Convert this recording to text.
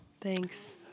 Thanks